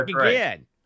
again